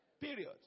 Period